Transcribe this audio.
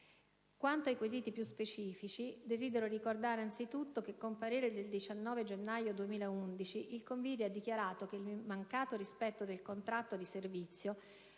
Quanto ai quesiti più specifici, desidero ricordare anzitutto che, con parere del 19 gennaio 2011, il CONVIRI ha chiarito che il mancato rispetto del contratto di servizio